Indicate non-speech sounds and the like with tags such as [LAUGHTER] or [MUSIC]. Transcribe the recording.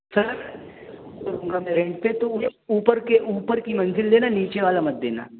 سر [UNINTELLIGIBLE] روم لونگا میں رینٹ پہ تو مجھے اوپر کے اوپر کی منزل دینا نیچے والا مت دینا